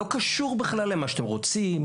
לא קשור בכלל למה שאתם רוצים,